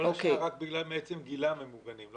מעצם גילם הם מוגנים.